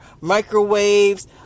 microwaves